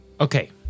Okay